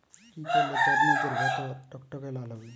কি করলে তরমুজ এর ভেতর টকটকে লাল হবে?